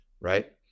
right